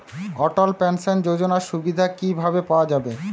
অটল pension যোজনার সুবিধা কি ভাবে পাওয়া যাবে?